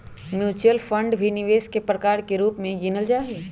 mutual fund भी निवेश के प्रकार के रूप में गिनल जाहई